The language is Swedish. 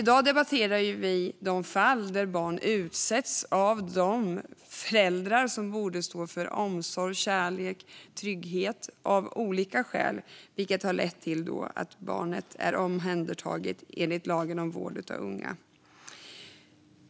I dag debatterar vi dock de fall där barn utsätts av föräldrarna, alltså de som borde stå för omsorg, kärlek och trygghet, vilket har lett till att barnet är omhändertaget enligt lagen om vård av unga.